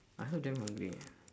I also damn hungry eh